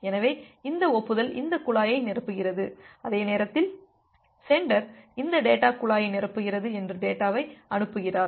எனவே இந்த ஒப்புதல் இந்த குழாயை நிரப்புகிறது அதே நேரத்தில் சென்டர் இந்த டேட்டாக் குழாயை நிரப்புகிறது என்று டேட்டாவை அனுப்புகிறார்